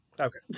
Okay